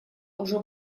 уже